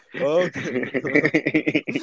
Okay